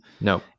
No